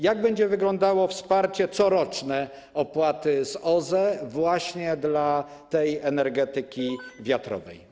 Jak będzie wyglądało wsparcie coroczne opłaty OZE właśnie dla energetyki wiatrowej?